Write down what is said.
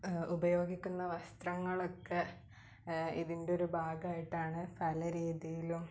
ഉപയോഗിക്കുന്ന വസ്ത്രങ്ങളക്കെ ഇതിൻടൊരു ഭാഗമായിട്ടാണ് പല രീതിയിലും